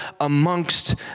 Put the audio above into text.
amongst